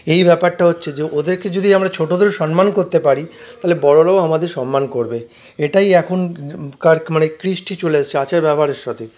এই ব্যাপারটা হচ্ছে ওদেরকে আমরা যদি ছোটদের সন্মান করতে পারি তালে বড়োরাও আমাদের সন্মান করবে এটাই এখনকার মানে কৃষ্টি চলে এসেছে আচার ব্যবহারের সাথে